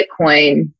Bitcoin